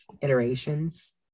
iterations